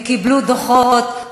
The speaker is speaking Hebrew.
וקיבלו דוחות,